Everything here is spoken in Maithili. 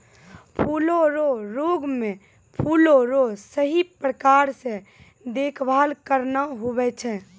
फूलो रो रोग मे फूलो रो सही प्रकार से देखभाल करना हुवै छै